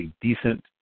decent